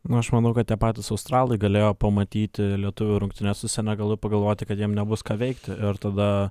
na aš manau kad tie patys australai galėjo pamatyti lietuvių rungtynes su senegalu pagalvoti kad jiem nebus ką veikti ir tada